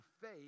faith